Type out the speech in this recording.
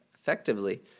effectively